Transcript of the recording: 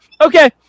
okay